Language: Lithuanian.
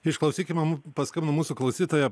išklausykime paskambino mūsų klausytoja